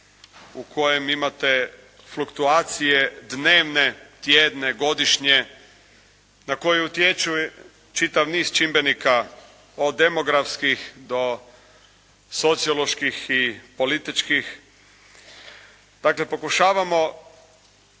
u kojem imate fluktuacije dnevne, tjedne, godišnje, na koje utječe čitav niz čimbenika od demografskih do socioloških i političkih. Dakle pokušavamo